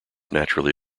naturally